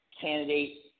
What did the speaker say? candidate